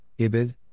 Ibid